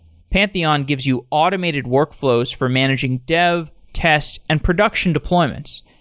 pantheon gives you automated workflows for managing dev, test and production deployments,